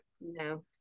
no